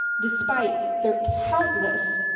despite their countless,